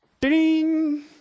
Ding